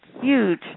huge